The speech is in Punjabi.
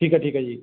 ਠੀਕ ਹੈ ਠੀਕ ਹੈ ਜੀ